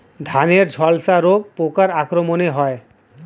ধানের ঝলসা রোগ পোকার আক্রমণে হয়?